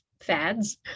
fads